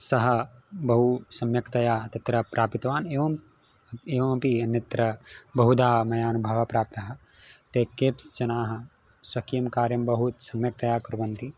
सः बहु सम्यक्तया तत्र प्रापितवान् एवम् एवमपि अन्यत्र बहुधा मया अनुभवः प्राप्तः ते केब्स् जनाः स्वकीयं कार्यं बहूत् सम्यक्तया कुर्वन्ति